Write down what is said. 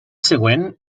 següent